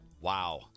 wow